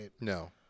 No